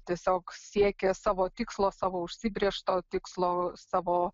tiesiog siekė savo tikslo savo užsibrėžto tikslo savo